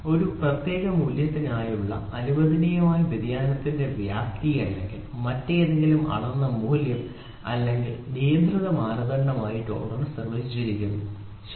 ഒരു പ്രത്യേക മൂല്യത്തിനായുള്ള അനുവദനീയമായ വ്യതിയാനത്തിന്റെ വ്യാപ്തി അല്ലെങ്കിൽ മറ്റേതെങ്കിലും അളന്ന മൂല്യം അല്ലെങ്കിൽ നിയന്ത്രണ മാനദണ്ഡമായി ടോളറൻസ് നിർവചിച്ചിരിക്കുന്നു ശരി